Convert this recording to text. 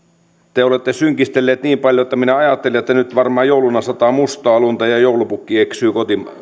te olette synkistelleet niin paljon että minä ajattelin että nyt varmaan jouluna sataa mustaa lunta ja joulupukki eksyy